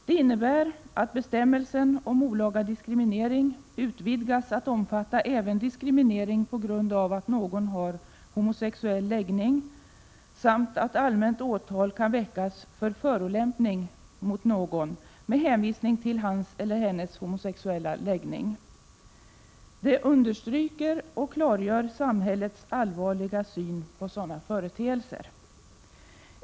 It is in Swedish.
Det innebär att bestämmelsen om olaga diskriminering utvidgas att omfatta även diskriminering på grund av att någon har homosexuell läggning, samt att allmänt åtal kan väckas för förolämpning mot någon med hänvisning till hans eller hennes homosexuella läggning. Det understryker och klargör samhällets allvarliga syn på sådana företeelser.